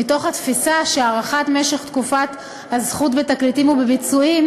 מתוך התפיסה שהארכת משך תקופת הזכות בתקליטים ובביצועים